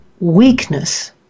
Weakness